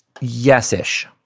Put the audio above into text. Yes-ish